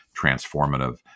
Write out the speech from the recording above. transformative